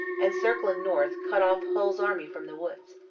and, circling north, cut off hull's army from the woods.